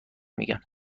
میگم